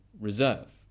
Reserve